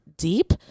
Deep